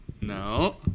No